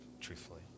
truthfully